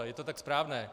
A je to tak správné.